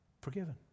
forgiven